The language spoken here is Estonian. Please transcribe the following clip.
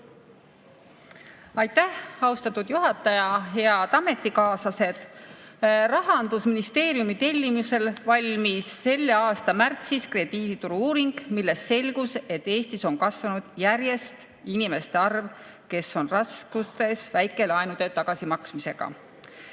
Aitäh, austatud juhataja! Head ametikaaslased! Rahandusministeeriumi tellimusel valmis selle aasta märtsis krediidituru uuring, millest selgus, et Eestis on järjest kasvanud inimeste arv, kes on raskustes väikelaenude tagasimaksmisega.